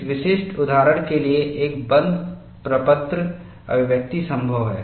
इस विशिष्ट उदाहरण के लिए एक बंद प्रपत्र अभिव्यक्ति संभव है